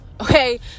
okay